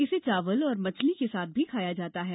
इसे चावल और मछली के साथ भी खाया जाता है